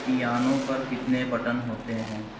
piano पर कितने button होते हैं